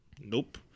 Nope